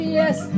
yes